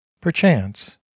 perchance